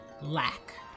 lack